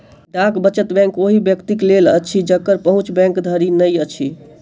डाक वचत बैंक ओहि व्यक्तिक लेल अछि जकर पहुँच बैंक धरि नै अछि